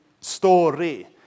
story